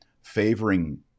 favoring